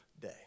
day